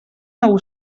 nou